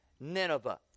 Nineveh